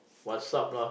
WhatsApp lah